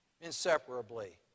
inseparably